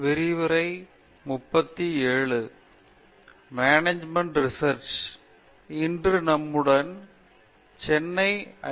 பேராசிரியர் பிரதாப் ஹரிதாஸ் இன்று நம்முடன் சென்னை ஐ